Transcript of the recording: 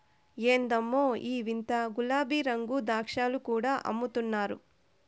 ఎందమ్మో ఈ వింత గులాబీరంగు ద్రాక్షలు కూడా అమ్ముతున్నారు